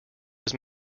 was